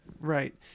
Right